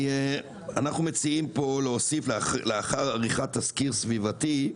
מציעים פה להוסיף "לאחר עריכת תסקיר סביבתי",